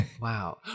Wow